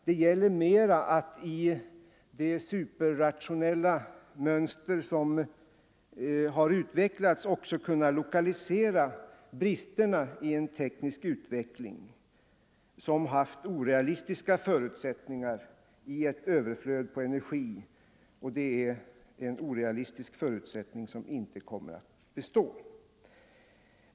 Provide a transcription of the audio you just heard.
Det gäller mera att i det superrationella mönster som har utvecklats också kunna lokalisera bristerna i en teknisk utveckling som haft orealistiska förutsättningar i ett överflöd på energi, som inte kommer att bestå.